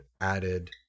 added